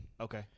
Okay